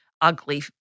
ugly